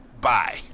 bye